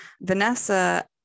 Vanessa